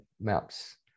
maps